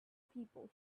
people